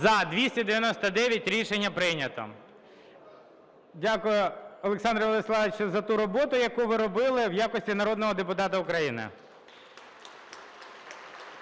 За-299 Рішення прийнято. Дякую, Олександре Владиславовичу, за ту роботу, яку ви робили в якості народного депутата України.